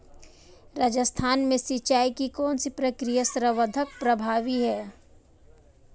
राजस्थान में सिंचाई की कौनसी प्रक्रिया सर्वाधिक प्रभावी है?